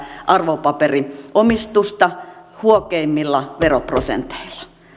arvopaperi omistusta huokeimmilla veroprosenteilla